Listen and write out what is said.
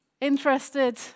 Interested